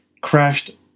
crashed